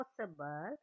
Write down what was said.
possible